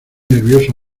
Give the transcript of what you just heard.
nervioso